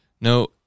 No